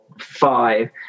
five